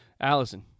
Allison